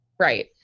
Right